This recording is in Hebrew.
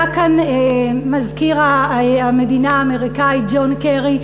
היה כאן מזכיר המדינה האמריקני ג'ון קרי,